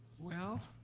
well.